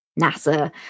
nasa